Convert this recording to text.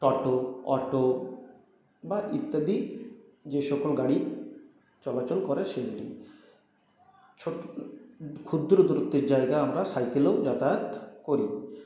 টোটো auto বা ইত্যাদি যে সকল গাড়ি চলাচল করে সেগুলি ছো ক্ষুদ্র দুরত্বের জায়গা আমরা সাইকেলেও যাতায়াত করি